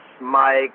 Mike